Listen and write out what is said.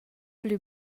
plü